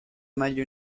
meglio